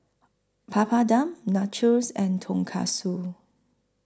Papadum Nachos and Tonkatsu